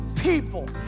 people